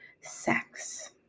sex